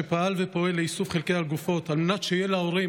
שפעל ופועל לאיסוף חלקי הגופות על מנת שיהיה להורים,